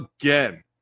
again